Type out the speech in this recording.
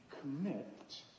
commit